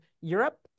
Europe